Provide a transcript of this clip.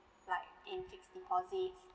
like in fixed deposits